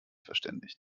verständigt